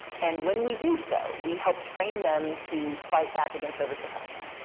and when we do so, we help train them to fight back against voter suppression.